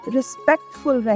Respectful